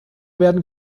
werden